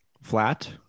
Flat